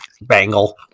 Bangle